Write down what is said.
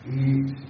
eat